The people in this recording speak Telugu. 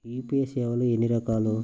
యూ.పీ.ఐ సేవలు ఎన్నిరకాలు?